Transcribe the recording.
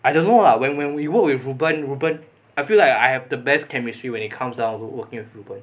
I don't know lah when when we work with reu ben reu ben I feel like I have the best chemistry when it comes out working with reu ben